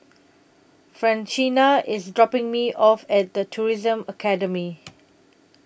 Francina IS dropping Me off At The Tourism Academy